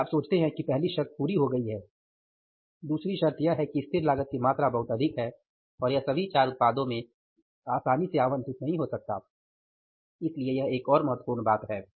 फिर आप सोचते है कि पहली शर्त पूरी हो गई है दूसरी शर्त यह है कि स्थिर लागत की मात्रा बहुत अधिक है और यह सभी चार उत्पादो में आसानी से आवंटित नहीं हो सकता इसलिए यह एक और महत्वपूर्ण बात है